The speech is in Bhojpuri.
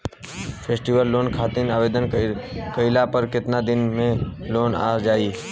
फेस्टीवल लोन खातिर आवेदन कईला पर केतना दिन मे लोन आ जाई?